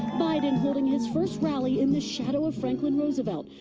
biden holding his first rally in the shadow of franklin roosevelt,